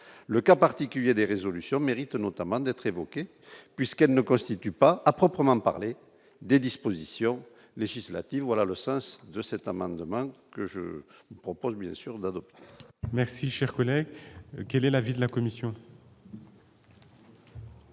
le cas particulier des résolutions mérite notamment d'être puisqu'elle ne constitue pas à proprement parler des dispositions législatives ou alors le sens de cet amendement que je propose, bien sûr, la note.